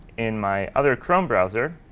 in my other chrome browser,